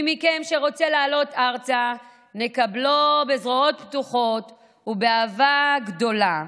מי מכם שרוצה לעלות ארצה נקבלו בזרועות פתוחות ובאהבה גדולה.